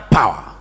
power